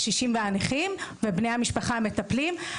הקשישים והנכים, ובני משפחותיהם המטפלים בהם.